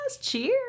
Cheers